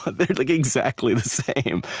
but they're like exactly the same.